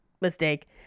Mistake